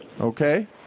Okay